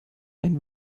ein